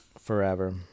forever